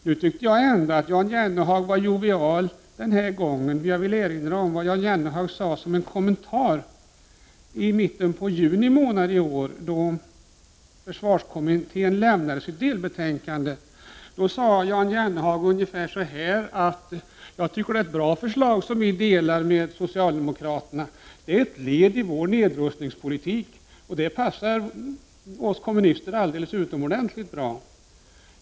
Nu tycker jag ändå att Jan Jennehag var jovial den här gången. Jag vill erinra om vad Jan Jennehag sade som en kommentar i mitten av juni månad i år, då försvarskommittén lämnade sitt delbetänkande. Då sade Jan Jennehag ungefär så här: Jag tycker att det är ett bra förslag som vi delar med socialdemokraterna. Det är ett led i vår nedrustningspolitik, och det passar oss kommunister alldeles utomordentligt bra.